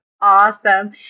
awesome